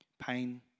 Pain